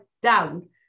down